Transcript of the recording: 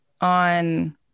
on